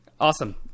Awesome